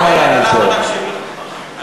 מה לעשות, ישיבת סיעה.